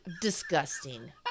disgusting